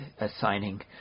assigning